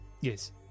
Yes